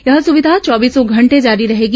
यह सुविधा चौबीसों घंटे जारी रहेगी